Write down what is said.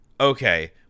Okay